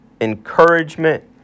encouragement